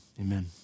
Amen